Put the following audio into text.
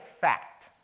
fact